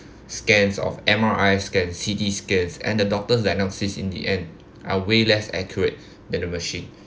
scans of M_R_I scan C_T scans and the doctors diagnosis in the end are way less accurate than a machine